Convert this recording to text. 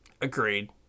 Agreed